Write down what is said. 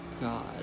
God